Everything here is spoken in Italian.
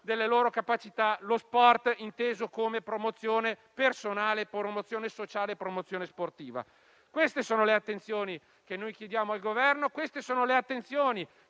delle loro capacità lo sport inteso come promozione personale, sociale e sportiva? Queste sono le attenzioni che chiediamo al Governo. Queste sono le attenzioni